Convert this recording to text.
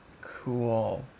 cool